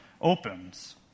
opens